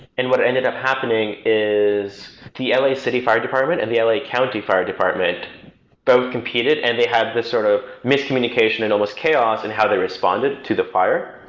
and what ended up happening is the yeah la city fire department and the la like county fire department both competed and they had this sort of miscommunication and almost chaos in how they responded to the fire.